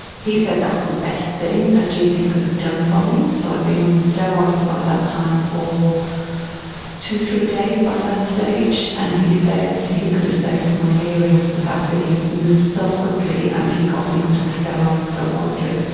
he said that was the best thing that gp could have done for me. so i'd been on the steroids by that time for two or three days by that stage and he said he could have saved my hearing, the fact that he moved so quickly and he got me onto the steroids so quickly.